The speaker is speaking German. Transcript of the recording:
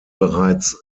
bereits